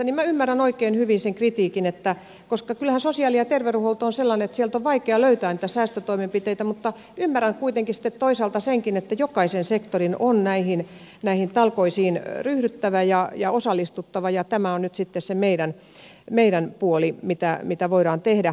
minä ymmärrän oikein hyvin sen kritiikin koska kyllähän sosiaali ja terveydenhuolto on sellainen että sieltä on vaikea löytää niitä säästötoimenpiteitä mutta ymmärrän kuitenkin sitten toisaalta senkin että jokaisen sektorin on näihin talkoisiin ryhdyttävä ja osallistuttava ja tämä on nyt sitten se meidän puoli mitä voidaan tehdä